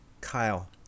Kyle